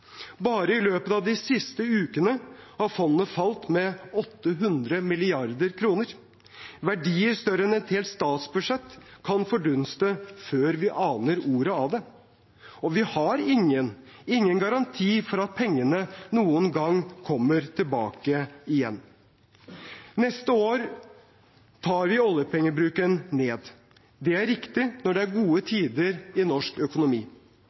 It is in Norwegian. Bare i løpet av de siste ukene har fondet falt med 800 mrd. kr. Verdier større enn et helt statsbudsjett kan fordunste før vi aner ordet av det. Og vi har ingen – ingen – garanti for at pengene noen gang kommer tilbake igjen. Neste år tar vi oljepengebruken ned. Det er riktig når det er gode tider i norsk økonomi.